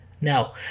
Now